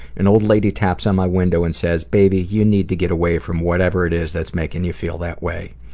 an old lady taps on my window and says, baby, you need to get away from whatever it is that's making you feel that way.